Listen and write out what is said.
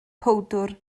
powdwr